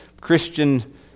Christian